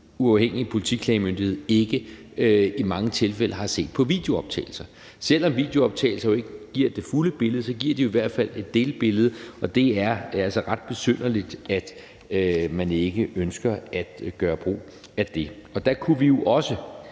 Uafhængige Politiklagemyndighed ikke i mange tilfælde har set på videooptagelser. Selv om videooptagelser jo ikke giver det fulde billede, giver de i hvert fald et delbillede, og det er altså ret besynderligt, at man ikke ønsker at gøre brug af det. Og der kunne vi jo også